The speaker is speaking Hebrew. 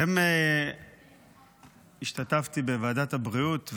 היום השתתפתי בוועדת הבריאות,